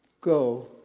go